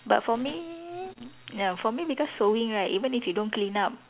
but for me ya for me because sewing right even if you don't clean up